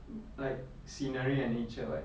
like scenery and nature [what]